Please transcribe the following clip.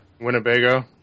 Winnebago